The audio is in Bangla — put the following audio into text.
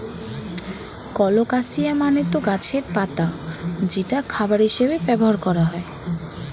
কলোকাসিয়া মানে তো গাছের পাতা যেটা খাবার হিসেবে ব্যবহার করা হয়